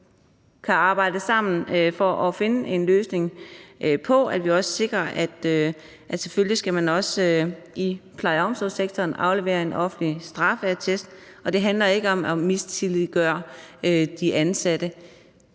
kan arbejde sammen om at finde en løsning på at sikre, at selvfølgelig skal man også i pleje- og omsorgssektoren aflevere en offentlig straffeattest. Og det handler ikke om at mistænkeliggøre de ansatte.